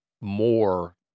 more